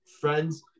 friends